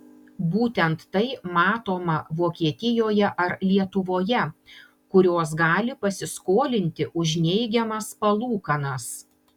būtent tai matoma vokietijoje ar lietuvoje kurios gali pasiskolinti už neigiamas palūkanas